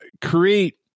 create